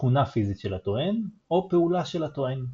תכונה פיזית של הטוען, או פעולה של הטוען.